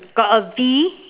got a V